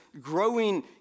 growing